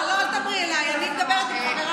לא, לא, אל תדברי אליי, אני מדברת אל חבריי.